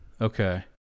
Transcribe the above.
Okay